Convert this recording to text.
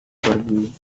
pergi